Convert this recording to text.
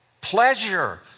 pleasure